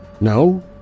No